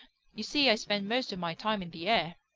you see i spend most of my time in the air.